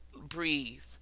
breathe